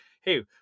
hey